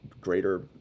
greater